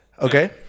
okay